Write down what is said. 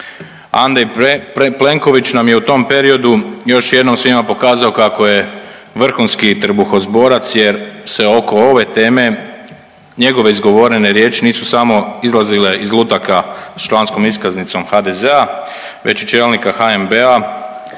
Andrej Plenković nam je u tom periodu još jednom svima pokazao kako je vrhunski trbuhozborac jer se oko ove teme njegove izgovorene riječi nisu samo izlazile iz lutaka s članskom iskaznicom HDZ-a već čelnika HNB-a,